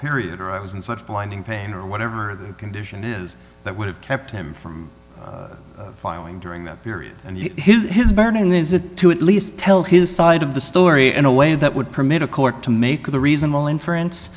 period i was in such blinding pain or whatever the condition is that would have kept him from filing during that period and his his burning this is to at least tell his side of the story in a way that would permit a court to make the reasonable inference